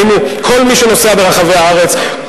כל מי שנוסע ברחבי הארץ,